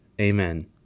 Amen